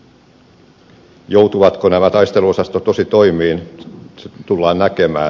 se joutuvatko nämä taisteluosastot tositoimiin tullaan näkemään